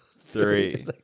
three